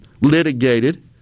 litigated